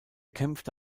kämpfte